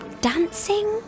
dancing